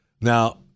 Now-